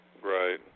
Right